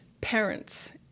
parents